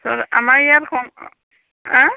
তাৰপাছত আমাৰ